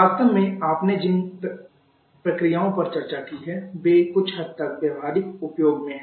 वास्तव में आपने जिन अन्य प्रक्रियाओं पर चर्चा की है वे कुछ हद तक व्यावहारिक उपयोग में हैं